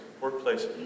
workplace